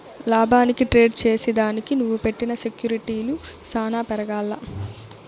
లాభానికి ట్రేడ్ చేసిదానికి నువ్వు పెట్టిన సెక్యూర్టీలు సాన పెరగాల్ల